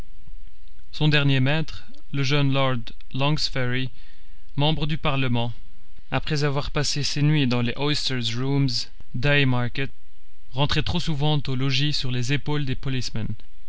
son dernier maître le jeune lord longsferry membre du parlement après avoir passé ses nuits dans les oysters rooms dhay market rentrait trop souvent au logis sur les épaules des policemen